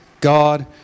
God